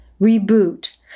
reboot